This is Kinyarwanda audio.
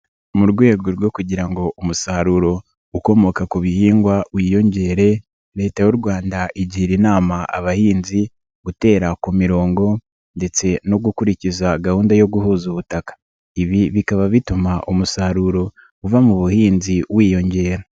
Mu rwego rwo kugira ngo umusaruro ukomoka ku bihingwa wiyongere, Leta y'u Rwanda igira inama abahinzi gutera ku mirongo ndetse no gukurikiza gahunda yo guhuza ubutaka, ibi bikaba bituma umusaruro uva mu buhinzi wiyongera.